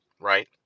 right